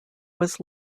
was